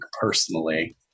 personally